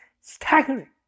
staggering